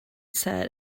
said